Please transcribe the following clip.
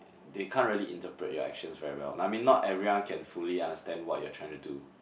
they can't really interpret your actions very well I mean not everyone can fully understand what you're trying to do